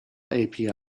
api